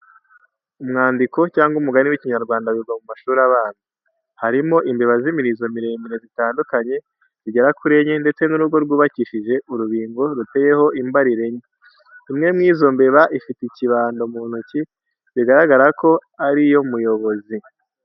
Umwandiko cyangwa umugani w'ikinyarwanda wigwa mu mashuri abanza. Harimo imbeba z'imirizo miremire zitandukanye zigera kuri enye ndetse n'urugo rwubakishije urubingo, ruteyeho imbariro enye. Imwe mu izo mbeba ifite ikibando mu ntoki bigaragara ko ari yo muyobozi.